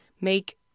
make